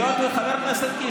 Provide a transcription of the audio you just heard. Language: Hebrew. חבר הכנסת בוסו, מספיק, אי-אפשר.